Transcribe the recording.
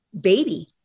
baby